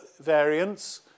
variants